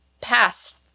past